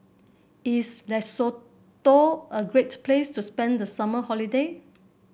is Lesotho a great place to spend the summer holiday